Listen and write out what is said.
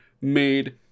made